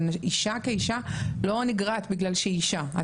אבל אישה כאישה לא נגרעת בגלל שהיא אישה.